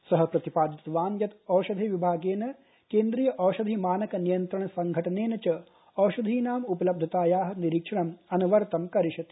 सःप्रतिपादितवान्यत् ओषधि विभागेन केन्द्रीय ओषधि मानक नियंत्रण संघटनेन च ओषधीनामुपलब्धतायाःनिरीक्षणंअनवरतंकरिष्यते